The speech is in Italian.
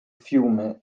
fiume